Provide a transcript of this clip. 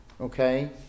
Okay